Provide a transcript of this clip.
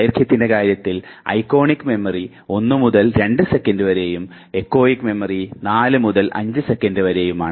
ദൈർഘ്യത്തിൻറെ കാര്യത്തിൽ iconic memory 1 മുതൽ 2 second വരെയും എക്കോയിക് മെമ്മറി 4 മുതൽ 5 സെക്കൻറു വരെയുമാണ്